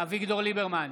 אביגדור ליברמן,